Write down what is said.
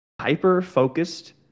hyper-focused